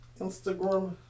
Instagram